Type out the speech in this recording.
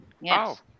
Yes